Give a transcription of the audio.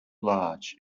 large